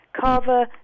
Carver